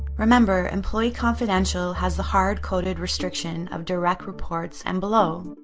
remember, employee confidential has the hard-coded restriction of direct reports and below.